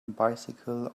bicycle